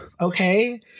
Okay